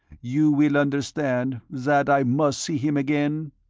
you will understand that i must see him again?